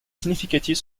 significatif